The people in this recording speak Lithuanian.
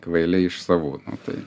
kvailiai iš savų tai